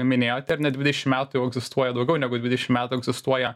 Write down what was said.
minėjot ar ne dvidešim metų jau egzistuoja daugiau negu dvidešim metų egzistuoja